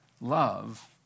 Love